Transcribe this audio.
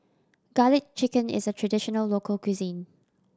Garlic Chicken is a traditional local cuisine